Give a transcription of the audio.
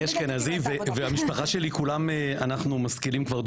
אשכנזי והמשפחה שלי כולה משפחה של משכילים דור